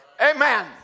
Amen